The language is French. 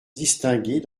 distingués